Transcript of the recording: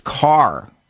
car